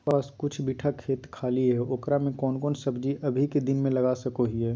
हमारा पास कुछ बिठा खेत खाली है ओकरा में कौन कौन सब्जी अभी के दिन में लगा सको हियय?